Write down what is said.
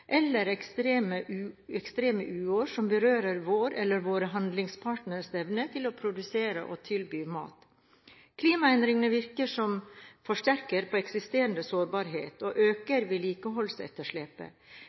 eller ekstreme uår som berører vår eller våre handelspartneres evne til å produsere og tilby mat. Klimaendringene virker som forsterker av eksisterende sårbarheter og